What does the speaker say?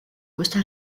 costa